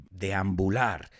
deambular